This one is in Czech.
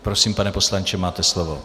Prosím, pane poslanče, máte slovo.